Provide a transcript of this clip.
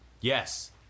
Yes